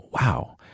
wow